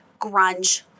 grunge